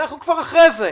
אבל אנחנו כבר אחרי זה.